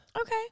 okay